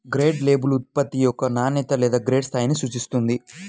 grade label ఉత్పత్తి యొక్క నాణ్యత లేదా గ్రేడ్ స్థాయిని సూచిస్తుంది